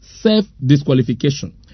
self-disqualification